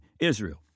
Israel